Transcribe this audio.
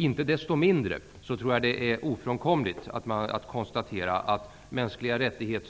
Inte desto mindre tror jag att det är ofrånkomligt att konstatera att frågor om mänskliga rättigheter